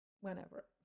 whenever